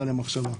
למחשבה.